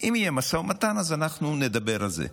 אם יהיה משא ומתן, אנחנו נדבר על זה.